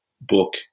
book